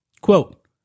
Quote